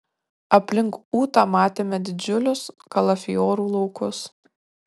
aplink ūtą matėme didžiulius kalafiorų laukus